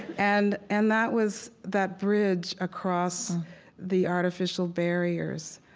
and and that was that bridge across the artificial barriers.